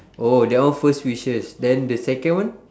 oh that one first wishes then the second one